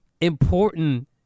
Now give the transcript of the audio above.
important